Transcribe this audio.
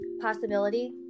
possibility